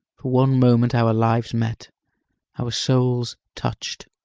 for one moment our lives met our souls touched.